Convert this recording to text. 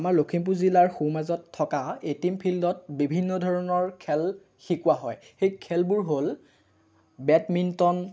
আমাৰ লখিমপুৰ জিলাৰ সোঁমাজত থকা এটিম ফিল্ডত বিভিন্ন ধৰণৰ খেল শিকোৱা হয় সেই খেলবোৰ হ'ল বেডমিণ্টন